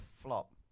flop